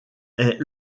est